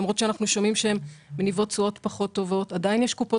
למרות שאנחנו שומעים שהן מניבות תשואות פחות טובות; עדיין יש קופות